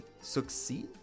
succeed